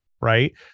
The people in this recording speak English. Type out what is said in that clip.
right